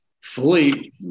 fully